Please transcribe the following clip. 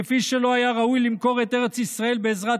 כפי שלא היה ראוי למכור את ארץ ישראל בעזרת